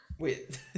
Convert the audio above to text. Wait